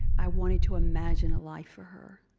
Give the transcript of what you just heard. i wanted to imagine a life for her.